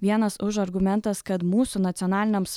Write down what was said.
vienas už argumentas kad mūsų nacionaliniams